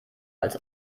als